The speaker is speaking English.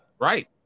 right